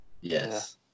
Yes